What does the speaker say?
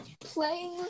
Playing